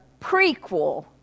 prequel